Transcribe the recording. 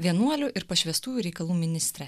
vienuolių ir pašvęstųjų reikalų ministrė